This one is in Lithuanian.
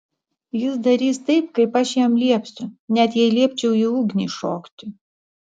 jis darys taip kaip aš jam liepsiu net jei liepčiau į ugnį šokti